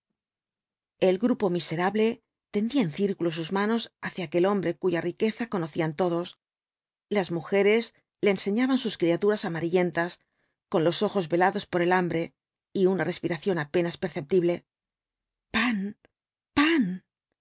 el grupo miserable tendía en círculo sus manos hacia aquel hombre cuya riqueza conocían todos las mujeres le enseñaban sus criaturas amarillentas con los ojos velados por el hambre y una respiración apenas perceptible pan pan